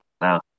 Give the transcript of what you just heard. Now